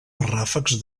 ràfecs